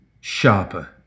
sharper